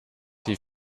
die